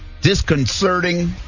disconcerting